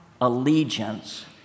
allegiance